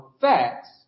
facts